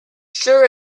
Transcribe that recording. sure